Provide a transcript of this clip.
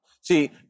See